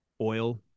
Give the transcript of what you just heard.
oil